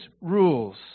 rules